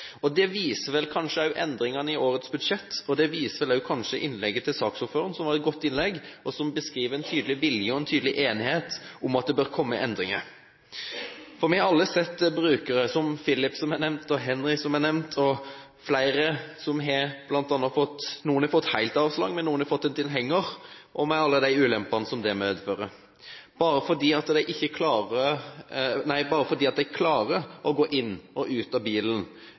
Det viser kanskje endringene i årets budsjett og vel også innlegget til saksordføreren, som var et godt innlegg, og som beskriver en tydelig vilje til og en tydelig enighet om at det bør komme endringer. Vi har alle sett brukere som Filip og Henry, som er nevnt, og flere som har fått avslag, og noen har fått en tilhenger – med alle de ulempene det medfører. Bare fordi de klarer å gå inn og ut av bilen uten å bruke rullestolen, har de fått avslag, selv om de har sterkt nedsatt funksjonsevne ellers. Kristelig Folkeparti støtter forslaget som er fremmet av Fremskrittspartiet. Vi har også lagt inn